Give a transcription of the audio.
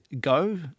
go